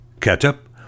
ketchup